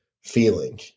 feeling